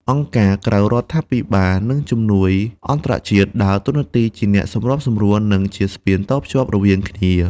អង្គការក្រៅរដ្ឋាភិបាល និងជំនួយអន្តរជាតិដើរតួនាទីជាអ្នកសម្របសម្រួល និងជាស្ពានតភ្ជាប់រវាងគ្នា។